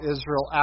Israel